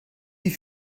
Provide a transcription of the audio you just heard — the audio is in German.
die